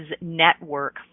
Network